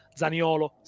zaniolo